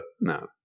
no